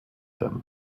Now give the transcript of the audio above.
them